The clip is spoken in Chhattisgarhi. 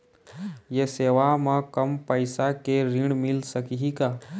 ये सेवा म कम पैसा के ऋण मिल सकही का?